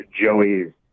Joey